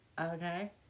okay